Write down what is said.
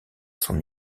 son